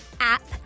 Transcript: app